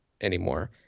anymore